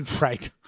Right